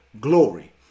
glory